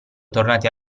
tornati